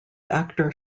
actor